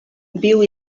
viu